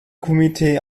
komitee